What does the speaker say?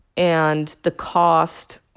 and the cost,